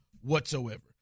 whatsoever